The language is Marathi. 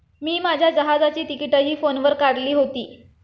मी माझ्या जहाजाची तिकिटंही फोनवर काढली होती